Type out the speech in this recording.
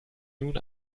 nun